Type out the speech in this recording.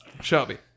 shelby